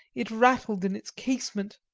it rattled in its casement.